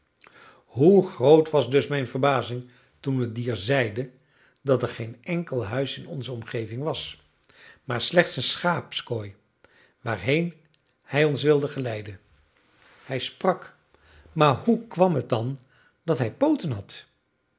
hoe groot was dus mijne verbazing toen het dier zeide dat er geen enkel huis in onze omgeving was maar slechts een schaapskooi waarheen hij ons wilde geleiden hij sprak maar hoe kwam het dan dat hij pooten had